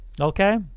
Okay